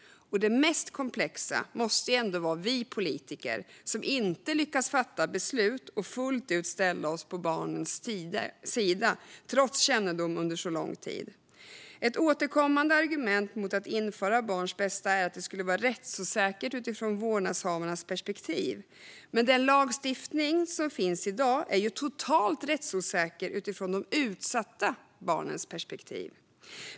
Och de mest komplexa måste vara vi politiker som inte lyckas fatta beslut och fullt ut ställa oss på barnens sida, trots kännedom under så lång tid. Ett återkommande argument mot att införa barns bästa som rekvisit är att det skulle vara rättsosäkert utifrån vårdnadshavarnas perspektiv. Men den lagstiftning som finns i dag är ju totalt rättsosäker utifrån de utsatta barnens perspektiv.